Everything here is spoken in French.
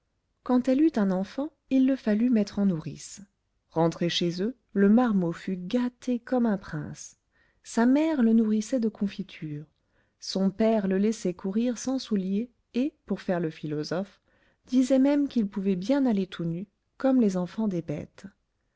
quand elle eut un enfant il le fallut mettre en nourrice rentré chez eux le marmot fut gâté comme un prince sa mère le nourrissait de confitures son père le laissait courir sans souliers et pour faire le philosophe disait même qu'il pouvait bien aller tout nu comme les enfants des bêtes